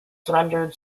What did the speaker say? surrendered